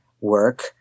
work